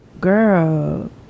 Girl